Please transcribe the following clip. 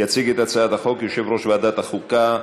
יציג את הצעת החוק יושב-ראש ועדת החוקה,